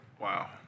Wow